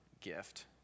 gift